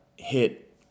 Hit